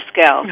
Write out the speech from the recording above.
scale